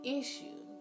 issue